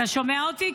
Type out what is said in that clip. אתה שומע אותי?